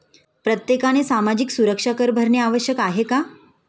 प्रत्येकाने सामाजिक सुरक्षा कर भरणे आवश्यक आहे का?